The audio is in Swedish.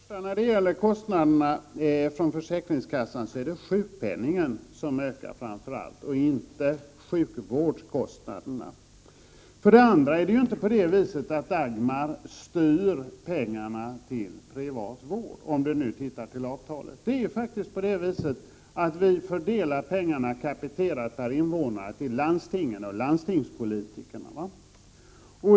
Fru talman! För det första, när det gäller kostnaderna från försäkringskassan, är det framför allt sjukpenningskostnaderna som ökar — inte sjukvårdskostnaderna. För det andra styr ju inte Dagmarsystemet hur mycket pengar som skall gå till privat vård; det framgår av avtalet. Vi fördelar ju pengarna kapiterat per invånare till landstingen och landstingspolitikerna.